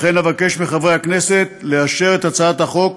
לכן אבקש מחברי הכנסת לאשר את הצעת החוק